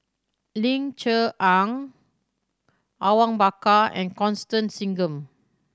Ling Cher Eng Awang Bakar and Constance Singam